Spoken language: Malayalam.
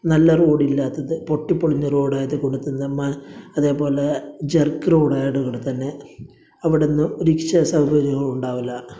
നല്ല റോഡില്ലാത്തത് പൊട്ടിപ്പൊളിഞ്ഞ റോഡായതുകൊണ്ട് നമ്മൾ അതേപോലെ ജെർക്ക് റോഡായതുകൊണ്ട് തന്നെ അവിടെ നിന്ന് റിക്ഷ സൗകര്യങ്ങള് ഉണ്ടാവില്ല